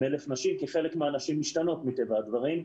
מ-1,000 נשים כי חלק מהנשים משתנות מטבע הדברים,